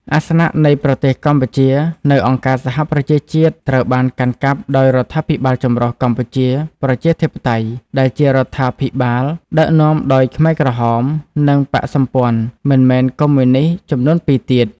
អាសនៈនៃប្រទេសកម្ពុជានៅអង្គការសហប្រជាជាតិត្រូវបានកាន់កាប់ដោយរដ្ឋាភិបាលចម្រុះកម្ពុជាប្រជាធិបតេយ្យដែលជារដ្ឋាភិបាលដឹកនាំដោយខ្មែរក្រហម និងបក្សសម្ព័ន្ធមិនមែនកុម្មុយនិស្តចំនួនពីរទៀត ។